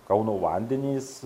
kauno vandenys